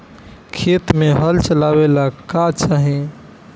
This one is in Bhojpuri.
खेत मे हल चलावेला का चाही?